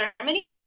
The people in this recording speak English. Germany